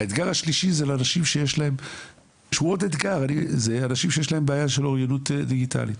האתגר השלישי זה לאנשים שיש להם בעיה של אוריינות דיגיטלית.